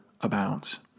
abounds